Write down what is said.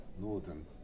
northern